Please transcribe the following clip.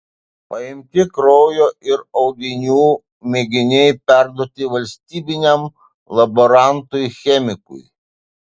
paimti kraujo ir audinių mėginiai perduoti valstybiniam laborantui chemikui